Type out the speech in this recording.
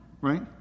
right